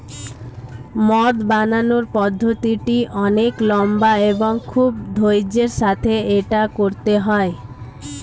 মদ বানানোর পদ্ধতিটি অনেক লম্বা এবং খুব ধৈর্য্যের সাথে এটা করতে হয়